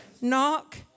knock